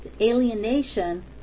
alienation